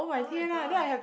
oh-my-god